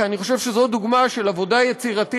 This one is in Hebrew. כי אני חושב שזו דוגמה של עבודה יצירתית,